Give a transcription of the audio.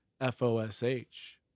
F-O-S-H